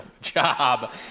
job